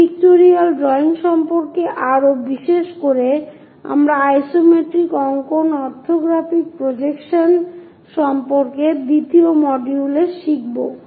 এই pictorial drawing সম্পর্কে আরো বিশেষ করে আমরা আইসোমেট্রিক অঙ্কন অরথোগ্রাফিক প্রজেকশন সম্পর্কে দ্বিতীয় মডিউলে শিখব